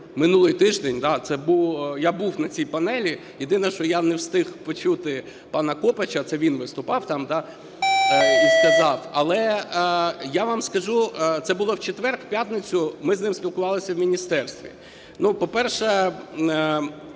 минулий тиждень, я був на цій панелі. Єдине, що я не встиг почути пана Копача. Це він виступав там і сказав. Але я вам скажу, це було в четвер, в п'ятницю, ми з ним спілкувалися в міністерстві. По-перше,